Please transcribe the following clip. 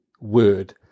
word